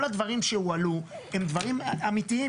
כל הדברים שהועלו, הם דברים אמיתיים.